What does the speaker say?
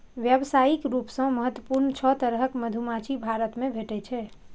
व्यावसायिक रूप सं महत्वपूर्ण छह तरहक मधुमाछी भारत मे भेटै छै